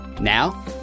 Now